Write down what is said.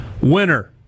Winner